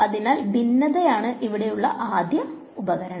അതിനാൽ ഭിന്നതയാണ് ഇവിടെയുള്ള ആദ്യത്തെ ഉപകരണം